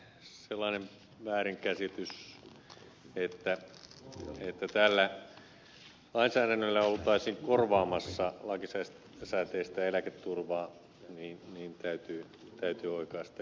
sellainen väärinkäsitys että tällä lainsäädännöllä oltaisiin korvaamassa lakisääteistä eläketurvaa täytyy oikaista